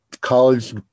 college